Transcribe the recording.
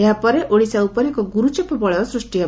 ଏହାପରେ ଓଡ଼ିଶା ଉପରେ ଏକ ଗୁରୁଚାପ ବଳୟ ସୂଷ୍ଟି ହେବ